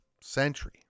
century